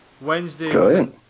Wednesday